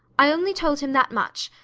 i only told him that much,